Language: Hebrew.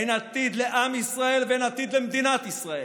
אין עתיד לעם ישראל ואין עתיד למדינת ישראל.